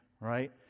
right